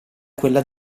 quella